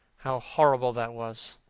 how horrible that was!